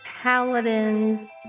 paladins